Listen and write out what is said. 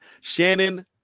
Shannon